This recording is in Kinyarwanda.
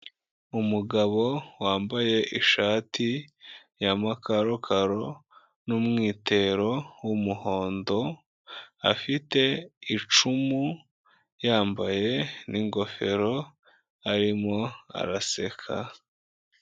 Umugabo wambaye ishati y'amakakaro n'umwitero w'umuhondo, afite icumu, yambaye n'ingofero, arimo araseka.